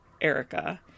Erica